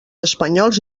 espanyols